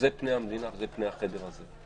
ואלו פני המדינה, אלו פני החדר הזה.